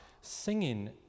singing